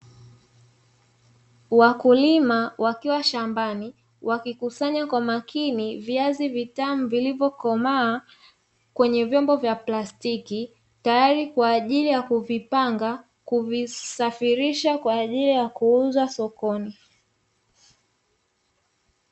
Wakulima wakiwa shambani, wakikusanya kwa makini viazi vitamu vilivyokomaa kwenye vyombo vya plastiki, tayari kwa ajili ya kuvipanga kuvisafirisha kwa ajili ya kuuza sokoni.